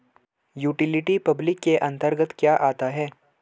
Utility public के अंतर्गत क्या आता है?